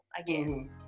Again